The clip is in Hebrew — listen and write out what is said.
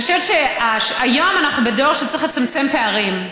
אני חושבת שהיום אנחנו בדור שצריך לצמצם פערים.